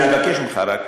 היות שאני סומך עליך,